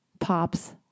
pops